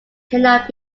cannot